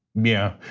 yeah,